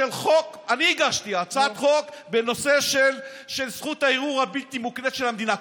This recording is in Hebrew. אני הגשתי הצעת חוק בנושא של זכות הערעור הבלתי-מוקנית של המדינה.